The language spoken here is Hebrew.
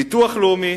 ביטוח לאומי